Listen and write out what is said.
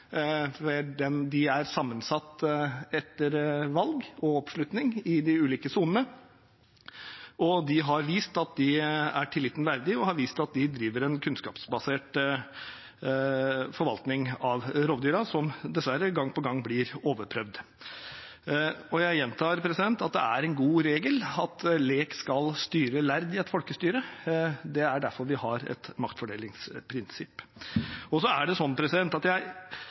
De er sammensatt etter valg og oppslutning i de ulike sonene, og de har vist at de er tilliten verdig, og at de driver en kunnskapsbasert forvaltning av rovdyrene som dessverre gang på gang blir overprøvd. Jeg gjentar at det er en god regel at lek skal styre